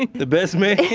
like the best man?